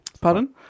Pardon